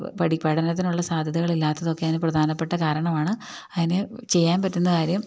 പഠനത്തിനുള്ള സാധ്യതകളില്ലാത്തതുമൊക്കെ അതിന് പ്രധാനപ്പെട്ട കാരണമാണ് അതിന് ചെയ്യാൻ പറ്റുന്ന കാര്യം